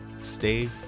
stay